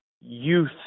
youth